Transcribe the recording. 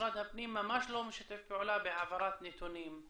שמשרד הפנים ממש לא משתף פעולה בהעברת נתונים.